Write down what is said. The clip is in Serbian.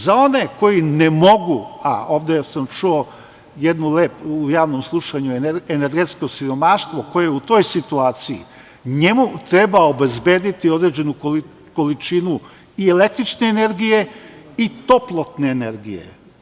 Za one koji ne mogu, a ovde sam čuo u javnom slušanju energetsko siromaštvo koje je u toj situaciji, njemu treba obezbediti određenu količinu i električne energije i toplotne energije.